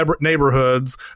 neighborhoods